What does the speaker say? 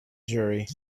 jury